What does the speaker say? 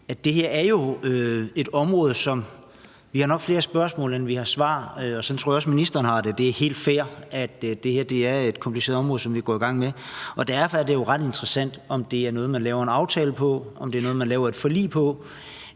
det her er et område, hvor vi nok har flere spørgsmål, end vi har svar, og sådan tror jeg også ministeren har det. Det er helt fair; det her er et kompliceret område, vi går i gang med. Derfor er det jo ret interessant, om det er noget, man laver en aftale om, om det er noget, man laver et forlig om,